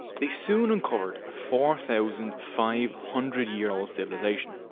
they soon uncovered a four thousand five hundred year old civilsation.